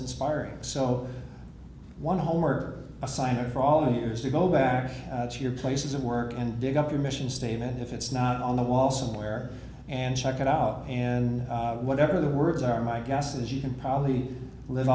inspiring so one homer assignment for all the years you go back to your places of work and dig up your mission statement if it's not on the wall somewhere and check it out and whatever the words are my guess is you can probably live